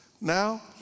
Now